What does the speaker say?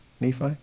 Nephi